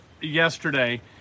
yesterday